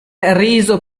riso